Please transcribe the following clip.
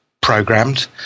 programmed